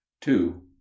two